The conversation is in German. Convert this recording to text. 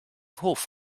hof